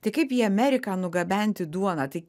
tai kaip į ameriką nugabenti duoną tai